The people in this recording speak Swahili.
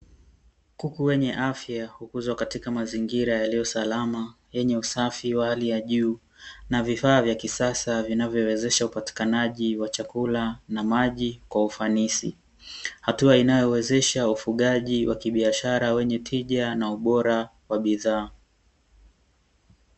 Kuku wenye afya hukuzwa katika mazingira yaliyo salama, yenye usafi wa hali ya juu. Na vifaa vya kisasa vinavyowezesha upatikanaji wa chakula, na maji kwa ufanisi. Hatua inayowezesha ufugaji wa kibiashara wenye tija, na ubora wa bidhaa.